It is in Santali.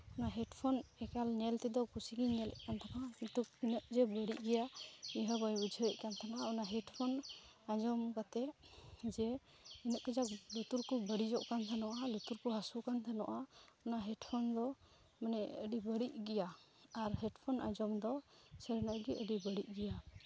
ᱱᱚᱣᱟ ᱦᱮᱰᱯᱷᱳᱱ ᱮᱠᱟᱞ ᱧᱮᱞ ᱛᱮᱫᱚ ᱠᱩᱥᱤ ᱜᱤᱧ ᱧᱮᱞᱮᱫ ᱛᱟᱦᱮᱱᱟ ᱠᱤᱱᱛᱩ ᱛᱤᱱᱟᱹᱜ ᱡᱮ ᱵᱟᱹᱲᱤᱡ ᱜᱮᱭᱟᱤᱧ ᱦᱚᱸ ᱵᱟᱹᱧ ᱵᱩᱡᱷᱟᱹᱣ ᱮᱜ ᱠᱟᱱ ᱛᱟᱦᱮᱱᱟ ᱚᱱᱟ ᱦᱮᱰ ᱯᱷᱳᱱ ᱟᱡᱚᱢ ᱠᱟᱛᱮᱫ ᱡᱮ ᱩᱱᱟᱹᱜ ᱠᱟᱡᱟᱠ ᱞᱩᱛᱩᱨ ᱠᱚ ᱵᱟᱹᱲᱤᱡᱚᱜ ᱠᱟᱱ ᱛᱟᱦᱮᱱᱚᱜᱼᱟ ᱞᱩᱛᱩᱨ ᱠᱚ ᱦᱟᱹᱥᱩ ᱠᱟᱱ ᱛᱟᱦᱮᱱᱚᱜᱼᱟ ᱚᱱᱟ ᱦᱮᱰᱯᱷᱳᱱ ᱫᱚ ᱟᱹᱰᱤ ᱵᱟᱹᱲᱤᱡ ᱜᱮᱭᱟ ᱟᱨ ᱦᱮᱰᱯᱷᱳᱱ ᱟᱡᱚᱢ ᱫᱚ ᱥᱟᱹᱨᱤᱱᱟᱜ ᱜᱮ ᱟᱹᱰᱤ ᱵᱟᱹᱲᱤᱡ ᱜᱮᱭᱟ